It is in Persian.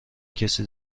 کسی